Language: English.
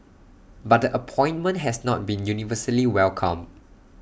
but the appointment has not been universally welcomed